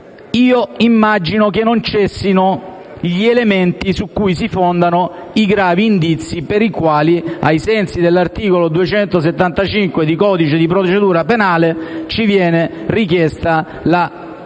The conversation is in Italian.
io immagino che non cessino gli elementi su cui si fondano i gravi indizi per i quali, ai sensi dell'articolo 275 del codice di procedura penale, ci viene richiesta la custodia